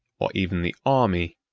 or even the army,